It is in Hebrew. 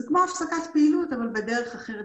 זה כמו הפסקת פעילות אבל בדרך אחרת